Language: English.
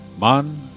man